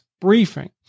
briefing